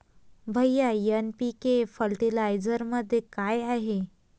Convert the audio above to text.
भैय्या एन.पी.के फर्टिलायझरमध्ये काय आहे?